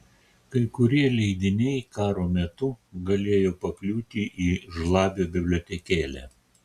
kai kurie leidiniai karo metu galėjo pakliūti į žlabio bibliotekėlę